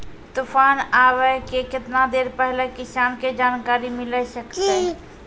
तूफान आबय के केतना देर पहिले किसान के जानकारी मिले सकते?